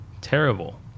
terrible